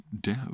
dev